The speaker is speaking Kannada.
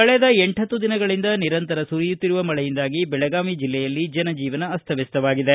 ಕಳೆದ ಎಂಟ್ವತ್ತು ದಿನಗಳಿಂದ ನಿರಂತರ ಸುರಿಯುತ್ತಿರುವ ಮಳೆಯಿಂದಾಗಿ ಬೆಳಗಾವಿ ಜಲ್ಲೆಯಲ್ಲಿ ಜನಜೀವನ ಅಸ್ತವ್ಯಸ್ತವಾಗಿದೆ